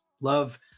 Love